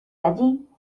allí